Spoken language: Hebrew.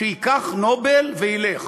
שייקח נובל וילך.